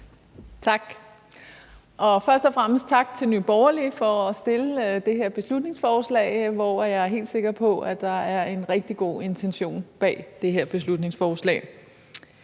Tak. Først og fremmest tak til Nye Borgerlige for at stille det her beslutningsforslag, som jeg er helt sikker på at der er en rigtig god intention bag. Når vi ikke kan